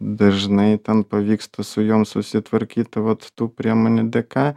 dažnai ten pavyksta su jom susitvarkyti vat tų priemonių dėka